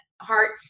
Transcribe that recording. heart